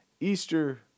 Easter